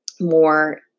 more